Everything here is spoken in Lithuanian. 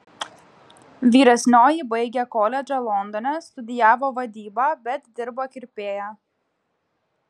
vyresnioji baigė koledžą londone studijavo vadybą bet dirba kirpėja